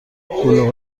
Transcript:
قالی